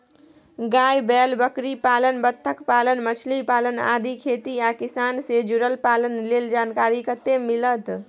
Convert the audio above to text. गाय, बैल, बकरीपालन, बत्तखपालन, मछलीपालन आदि खेती आ किसान से जुरल पालन लेल जानकारी कत्ते मिलत?